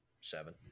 seven